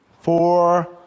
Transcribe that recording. Four